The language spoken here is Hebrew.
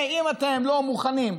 אם אתם לא מוכנים,